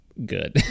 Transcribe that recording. good